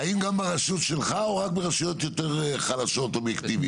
האם גם ברשות שלך או רק ברשויות יותר חלשות אובייקטיבית?